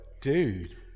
dude